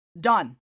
Done